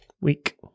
week